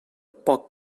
poc